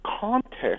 context